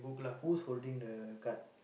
who's holding the card